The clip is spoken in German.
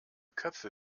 köpfe